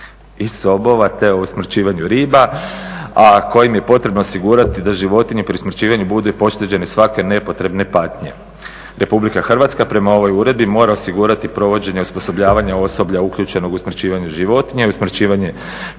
i sobova te o usmrćivanju riba a kojim je potrebno osigurati da životinje pri usmrćivanju budu pošteđene svake nepotrebne patnje. Republika Hrvatska prema ovoj uredbi mora osigurati provođenje osposobljavanja osoblja uključenog u usmrćivanje životinja i usmrćivanje